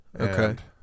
Okay